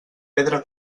pedra